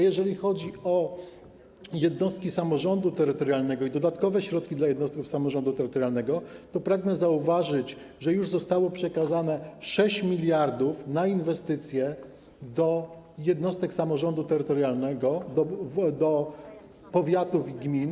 Jeżeli chodzi o jednostki samorządu terytorialnego i dodatkowe środki dla jednostek samorządu terytorialnego, pragnę zauważyć, że już zostało przekazane 6 mld na inwestycje do jednostek samorządu terytorialnego, do powiatów i gmin.